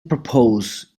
proposes